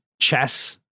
Chess